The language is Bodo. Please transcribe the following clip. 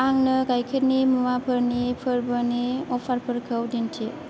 आंनो गाइखेरनि मुवाफोरनि फोरबोनि अफारफोरखौ दिन्थि